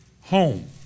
Home